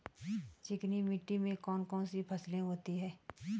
चिकनी मिट्टी में कौन कौन सी फसलें होती हैं?